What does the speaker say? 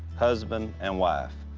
husband and wife.